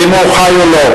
אם הוא חי או לא.